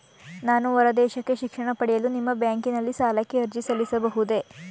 ನಾನು ಹೊರದೇಶಕ್ಕೆ ಶಿಕ್ಷಣ ಪಡೆಯಲು ನಿಮ್ಮ ಬ್ಯಾಂಕಿನಲ್ಲಿ ಸಾಲಕ್ಕೆ ಅರ್ಜಿ ಸಲ್ಲಿಸಬಹುದೇ?